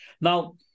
Now